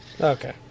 Okay